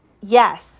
Yes